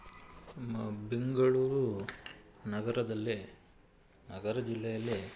ನಮ್ಮ ಬೆಂಗಳೂರು ನಗರದಲ್ಲಿ ನಗರ ಜಿಲ್ಲೆಯಲ್ಲಿ